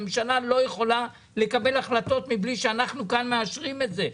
הממשלה לא יכולה לקבל החלטות מבלי שאנחנו כאן מאשרים את זה.